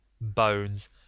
bones